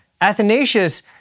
Athanasius